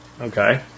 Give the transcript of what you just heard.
okay